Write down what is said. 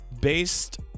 based